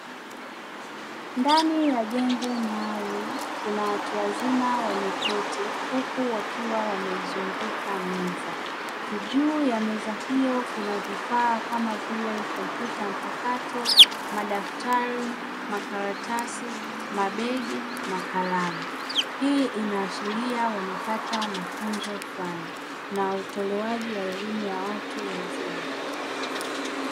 Ndani ya jengo maalumu, kuna watu wazima wameketi, huku wakiwa wameizunguka meza. Juu ya meza hiyo kuna vifaa kama vile kompyuta mpakato, madaftari, makaratasi, mabegi, na kalamu. Hii inaashiria wanapata mafunzo flani na utolewaji wa elimu ya watu wazima.